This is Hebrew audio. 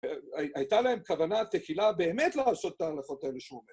הייתה להם כוונת תחילה באמת לעשות את ההלכות האלה שהוא אומר.